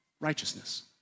righteousness